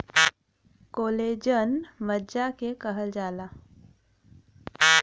collagen मज्जा के कहल जाला